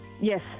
Yes